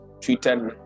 treated